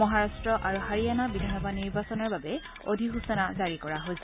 মহাৰাষ্ট্ৰ আৰু হাৰিয়ানা বিধানসভা নিৰ্বাচনৰ বাবে অধিসূচনা জাৰি কৰা হৈছে